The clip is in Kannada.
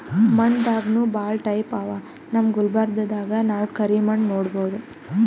ಮಣ್ಣ್ ದಾಗನೂ ಭಾಳ್ ಟೈಪ್ ಅವಾ ನಮ್ ಗುಲ್ಬರ್ಗಾದಾಗ್ ನಾವ್ ಕರಿ ಮಣ್ಣ್ ನೋಡಬಹುದ್